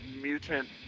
mutant